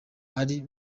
ari